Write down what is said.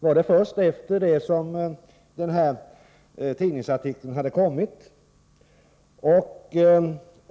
Var det först efter det att den här tidningsartikeln hade publicerats?